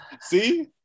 See